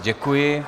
Děkuji.